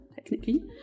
technically